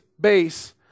base